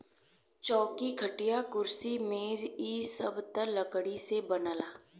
चौकी, खटिया, कुर्सी मेज इ सब त लकड़ी से बनला